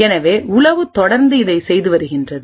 எனவே உளவு தொடர்ந்து இதைச் செய்து வருகிறது